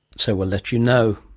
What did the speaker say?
so we'll let you know,